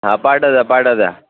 हा पाठव द्या पाठव द्या